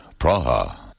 Praha